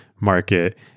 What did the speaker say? market